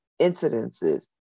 incidences